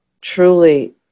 Truly